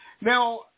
Now